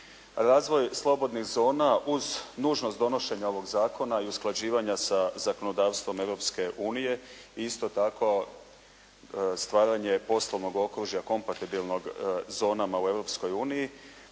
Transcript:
Razvoj slobodnih zona uz nužnost donošenja ovoga Zakona i usklađivanja sa zakonodavstvom Europske unije i isto tako stvaranje poslovnog okružja kompatibilnog zonama u Europskoj uniji.